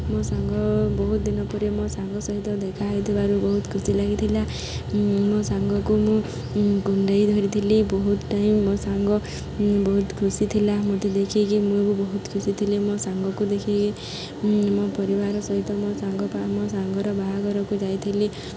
ମୋ ସାଙ୍ଗ ବହୁତ ଦିନ ପରେ ମୋ ସାଙ୍ଗ ସହିତ ଦେଖା ହୋଇଥିବାରୁ ବହୁତ ଖୁସି ଲାଗିଥିଲା ମୋ ସାଙ୍ଗକୁ ମୁଁ କୁଣ୍ଢେଇ ଧରିଥିଲି ବହୁତ ଟାଇମ୍ ମୋ ସାଙ୍ଗ ବହୁତ ଖୁସି ଥିଲା ମୋତେ ଦେଖିକି ମୁଁ ବି ବହୁତ ଖୁସି ଥିଲି ମୋ ସାଙ୍ଗକୁ ଦେଖିକି ମୋ ପରିବାର ସହିତ ମୋ ସାଙ୍ଗ ମୋ ସାଙ୍ଗର ବାହାଘରକୁ ଯାଇଥିଲି